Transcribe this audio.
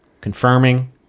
confirming